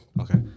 Okay